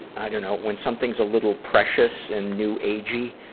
i dunno, when something's a little precious and new-agey,